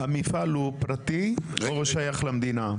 המפעל הוא פרטי או שייך למדינה?